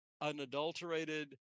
unadulterated